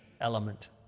element